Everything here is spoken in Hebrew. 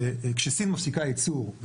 וכשסין מפסיקה ייצור,